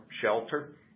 shelter